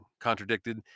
contradicted